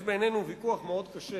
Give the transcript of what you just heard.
יש בינינו ויכוח מאוד קשה